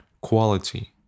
quality